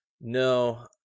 No